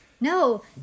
No